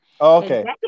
Okay